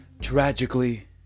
tragically